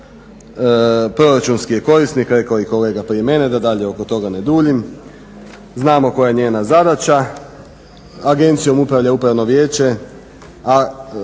proračunski je korisnik, rekao je i kolega prije mene da dalje oko toga ne duljim. Znamo koja je njena zadaća. Agencijom upravlja Upravno vijeće,